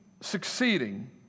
succeeding